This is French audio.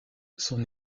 son